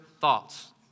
thoughts